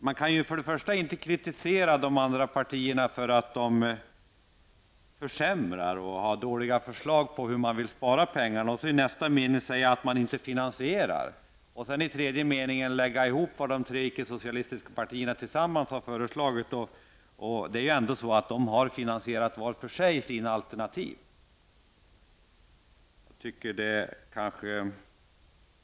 Man kan inte kritisera de andra partierna för att de försämrar och kommer med dåliga förslag till hur man skall spara pengar och i nästa mening säga att man inte finansierar för att därefter i en tredje mening lägga ihop vad de tre icke socialistiska partierna tillsammans har föreslagit. De har ändå finansierat sina alternativ var för sig.